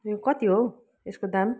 यो कति हो यसको दाम